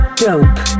dope